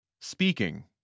Speaking